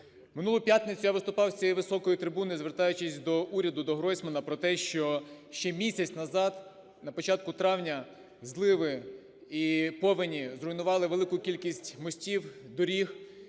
минулу п'ятницю я виступав з цієї високої трибуни, звертаючись до уряду, до Гройсмана, про те, що ще місяць назад, на початку травня, зливи і повені зруйнували велику кількість мості, доріг